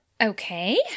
Okay